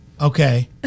okay